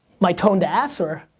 my toned ass, or.